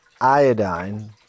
iodine